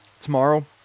tomorrow